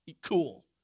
Cool